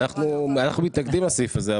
אנחנו מתנגדים לסעיף הזה,